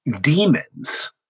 demons